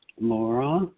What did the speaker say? Laura